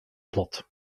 plot